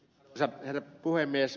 arvoisa herra puhemies